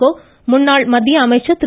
கோ முன்னாள் மத்திய அமைச்சா் திரு